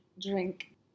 drink